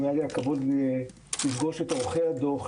היה לי הכבוד לפגוש את עורכי הדוח.